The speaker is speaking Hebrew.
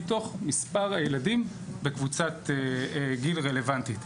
מתוך מספר הילדים בקבוצת הגיל הרלוונטית.